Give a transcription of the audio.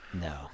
no